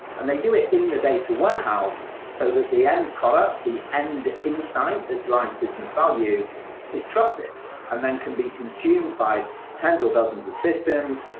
and they do it in the data warehouse so that the end products, the end insight that joins business value is trusted and then can be consumed by tens or dozens of systems,